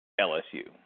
LSU